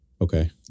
Okay